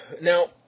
now